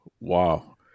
Wow